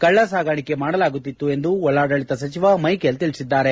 ಕಳ್ಳ ಸಾಗಾಣಿಕೆ ಮಾಡಲಾಗುತ್ತಿತ್ತು ಎಂದು ಒಳಾಡಳಿತ ಸಚಿವ ಮೈಕೇಲ್ ತಿಳಿಸಿದ್ದಾರೆ